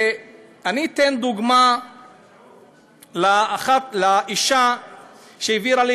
אני אתן דוגמה אחת של אישה שהעבירה לי